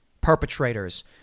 Perpetrators